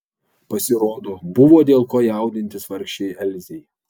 pasirodo buvo dėl ko jaudintis vargšei elzei